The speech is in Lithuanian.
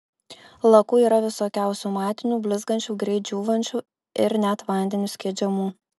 lakų yra visokiausių matinių blizgančių greit džiūvančių ir net vandeniu skiedžiamų